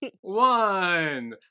One